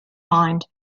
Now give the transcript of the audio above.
mind